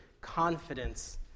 confidence